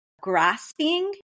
grasping